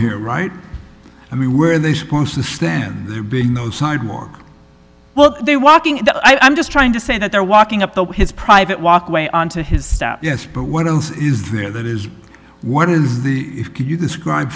here right i mean were they supposed to stand there being no sidewalk well they walking i'm just trying to say that they're walking up the his private walkway on to his step yes but what else is there that is what is the can you describe